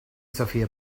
sophia